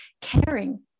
caring